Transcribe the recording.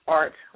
art